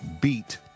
Beat